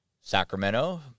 Sacramento